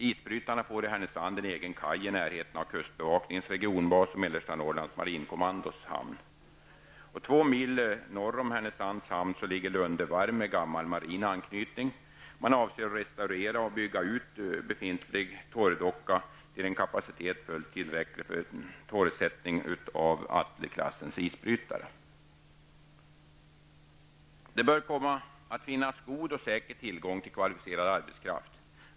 Isbrytarna får i Härnösand en egen kaj i närheten av kustbevakningens regionbas och i mellersta -- Två mil norr om Härnösands hamn ligger Lunde varv med gammal marin anknytning. Man avser att restaurera och bygga ut befintlig torrdocka till en kapacitet fullt tillräcklig för torrsättning av Atleklassens isbrytare. -- Det bör komma att finnas god och säker tillgång till kvalificerad arbetskraft.